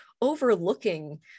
overlooking